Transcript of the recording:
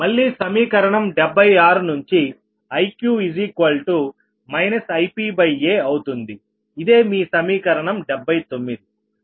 మళ్లీ సమీకరణం 76 నుంచి Iq Ipaఅవుతుంది ఇదే మీ సమీకరణం 79